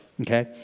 okay